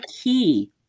key